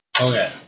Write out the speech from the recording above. Okay